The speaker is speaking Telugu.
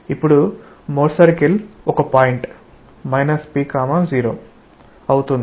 ఇప్పుడు మోర్ సర్కిల్ ఒక పాయింట్ p 0 అవుతుంది